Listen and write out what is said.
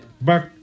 back